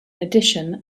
addition